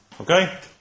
Okay